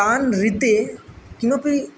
तान् ऋते किमपि